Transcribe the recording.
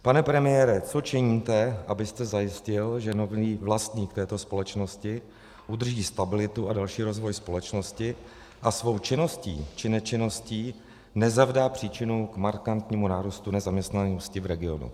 Pane premiére, co činíte, abyste zajistil, že nový vlastník této společnosti udrží stabilitu a další rozvoj společnosti a svou činností či nečinností nezavdá příčinu k markantnímu nárůstu nezaměstnanosti v regionu?